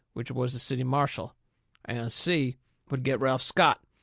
which was the city marshal. and si would get ralph scott,